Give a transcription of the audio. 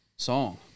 song